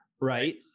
Right